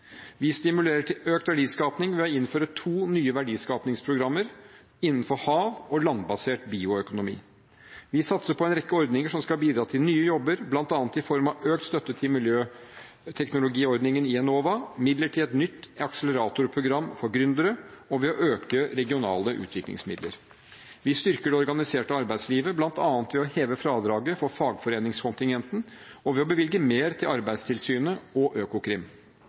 Vi stimulerer til økt verdiskaping ved å innføre to nye verdiskapingsprogrammer innenfor hav- og landbasert bioøkonomi. Vi satser på en rekke ordninger som skal bidra til nye jobber, bl.a. i form av økt støtte til miljøteknologiordningen i Enova, midler til et nytt akseleratorprogram for gründere og ved å øke regionale utviklingsmidler. Vi styrker det organiserte arbeidslivet, bl.a. ved å heve fradraget for fagforeningskontingenten og ved å bevilge mer penger til Arbeidstilsynet og Økokrim.